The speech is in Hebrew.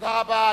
תודה רבה.